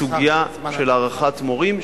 אבל לא להתנתק מסוגיה של הערכת מורים,